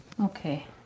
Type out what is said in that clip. Okay